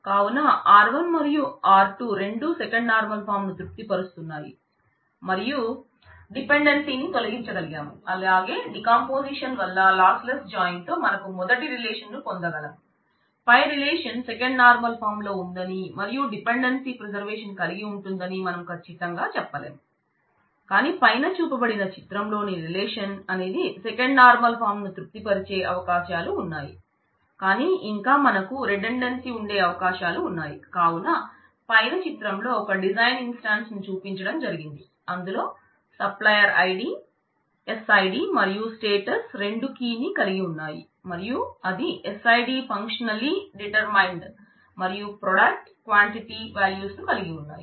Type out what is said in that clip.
కావున R1 మరియు R2 రెండు సెకండ్ నార్మల్ ఫాం కలిగి ఉంటుందని మనం కచ్చితంగా చెప్పలేం కాని పైన చూపబడిన చిత్రంలోని రిలేషన్relation అనేది సెకండ్ నార్మల్ ఫాంమరియు ప్రొడక్ట్ క్వాంటిటీ వ్యాల్యూస్ ను కలిగి ఉన్నాయి